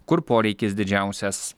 kur poreikis didžiausias